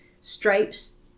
stripes